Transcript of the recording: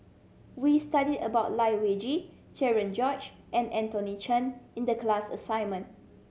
we studied about Lai Weijie Cherian George and Anthony Chen in the class assignment